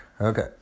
Okay